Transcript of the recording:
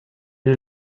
you